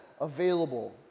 available